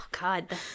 god